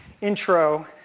intro